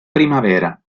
primavera